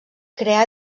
creà